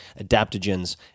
adaptogens